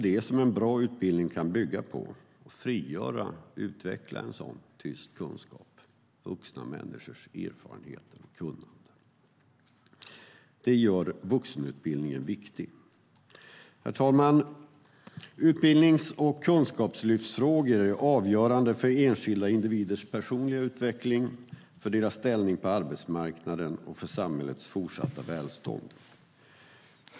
En bra utbildning kan bygga på att man frigör och utvecklar en sådan tyst kunskap - vuxna människors erfarenheter och kunnande. Det gör vuxenutbildningen viktig. Herr talman! Utbildnings och kunskapslyftsfrågor är avgörande för enskilda individers personliga utveckling, för deras ställning på arbetsmarknaden och för samhällets fortsatta välstånd.